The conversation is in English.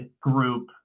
group